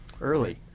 Early